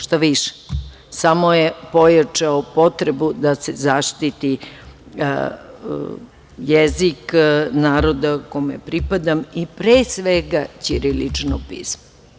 Šta više, samo je pojačao potrebu da se zaštiti jezik naroda kome pripadam, i pre svega ćirilično pismo.